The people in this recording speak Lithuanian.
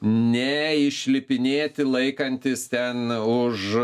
neišlipinėti laikantis ten už